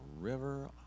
river